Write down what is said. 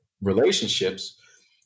relationships